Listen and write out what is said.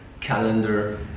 calendar